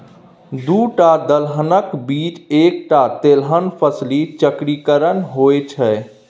दूटा दलहनक बीच एकटा तेलहन फसली चक्रीकरण होए छै